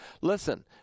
Listen